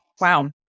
Wow